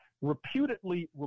Reputedly